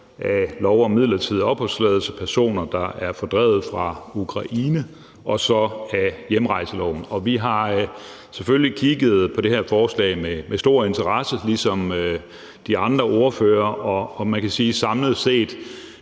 af lov om midlertidig opholdstilladelse til personer, der er fordrevet fra Ukraine, og så af hjemrejseloven. Vi har selvfølgelig kigget på det her forslag med stor interesse ligesom de andre ordførere. Man kan sige, at